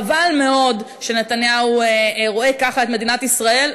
חבל מאוד שנתניהו רואה ככה את מדינת ישראל,